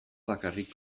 bakarrik